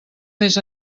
més